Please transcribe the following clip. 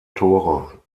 tore